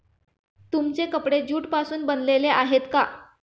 तुमचे कपडे ज्यूट पासून बनलेले आहेत का?